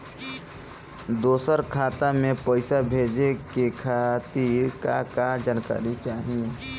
दूसर खाता में पईसा भेजे के खातिर का का जानकारी चाहि?